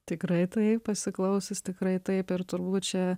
tikrai taip pasiklausius tikrai taip ir turbūt čia